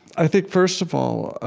i think first of all,